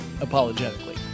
apologetically